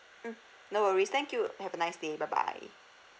mm no worries thank you have a nice day bye bye